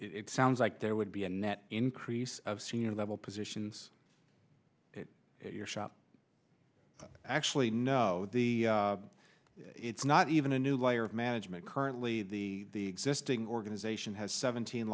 it sounds like there would be a net increase of senior level positions at your shop actually no it's not even a new layer of management currently the existing organization has seventeen